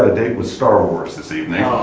ah date with star wars this evening.